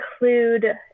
include